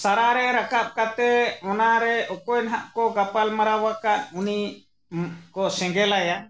ᱥᱟᱨᱟ ᱨᱮ ᱨᱟᱠᱟᱵ ᱠᱟᱛᱮᱫ ᱚᱱᱟᱨᱮ ᱚᱠᱚᱭ ᱱᱟᱜ ᱠᱚ ᱜᱟᱯᱟᱞᱢᱟᱨᱟᱣ ᱟᱠᱟᱫ ᱩᱱᱤ ᱠᱚ ᱥᱮᱸᱜᱮᱞᱟᱭᱟ